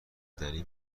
دنی